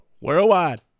Worldwide